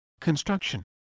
Construction